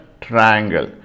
triangle